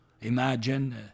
Imagine